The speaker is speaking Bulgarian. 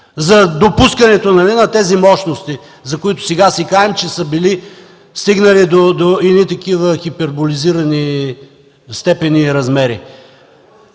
за допускането на тези мощности, за които сега се каем, че били стигнали до едни хиперболизирани степени и размери.